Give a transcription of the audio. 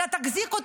על "תחזיקו,